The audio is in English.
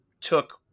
took